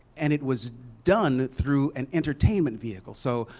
and it was done through an entertainment vehicle. so,